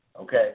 Okay